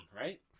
right